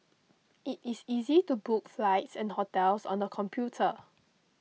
it is easy to book flights and hotels on the computer